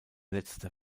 letzter